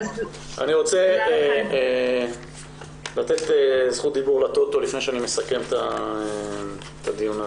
אני רוצה לתת זכות דיבור לטוטו לפני שאני מסכם את הדיון הזה.